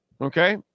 Okay